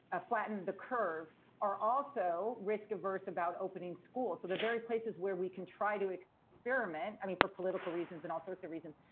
ah flattened the curve are also risk averse about opening schools. so the very places where we can try to experiment, i mean, for political reasons and all sorts of reasons,